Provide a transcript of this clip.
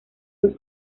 dos